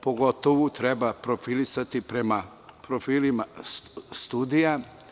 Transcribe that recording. Pogotovo treba profilisati prema profilima sudija.